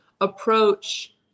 approach